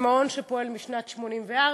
זה מעון שפועל משנת 1984,